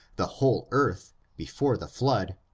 the whole earth, before the flood,